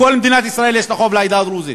כל מדינת ישראל יש לה חוב לעדה הדרוזית,